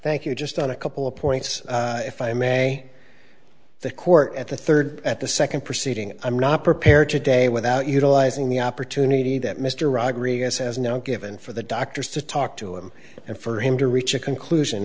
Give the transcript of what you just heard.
thank you just on a couple of points if i may the court at the third at the second proceeding i'm not prepared today without utilizing the opportunity that mr rodriguez has now given for the doctors to talk to him and for him to reach a conclusion